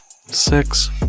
Six